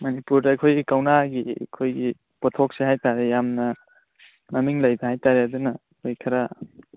ꯃꯅꯤꯄꯨꯔꯗ ꯑꯩꯈꯣꯏ ꯀꯧꯅꯥꯒꯤ ꯑꯩꯈꯣꯏꯒꯤ ꯄꯣꯠꯊꯣꯛꯁꯦ ꯍꯥꯏꯇꯔꯦ ꯌꯥꯝꯅ ꯃꯃꯤꯡ ꯂꯩꯕ ꯍꯥꯏꯇꯔꯦ ꯑꯗꯨꯅ ꯑꯩꯈꯣꯏ ꯈꯔ